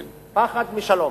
כן, פיספוביה, פחד משלום.